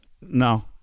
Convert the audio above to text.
No